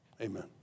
amen